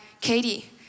Katie